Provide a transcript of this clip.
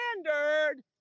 standard